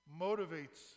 motivates